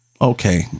Okay